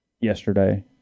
yesterday